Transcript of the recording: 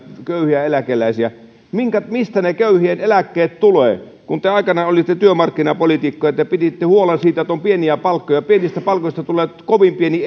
köyhiä eläkeläisiä mistä ne köyhien eläkkeet tulevat kun te aikanaan olitte työmarkkinapoliitikkoja te piditte huolen siitä että on pieniä palkkoja pienistä palkoista tulee kovin pieni